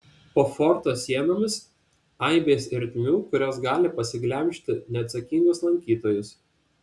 po forto sienomis aibės ertmių kurios gali pasiglemžti neatsakingus lankytojus